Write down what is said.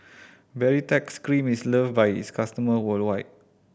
Baritex Cream is loved by its customer worldwide